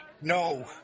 No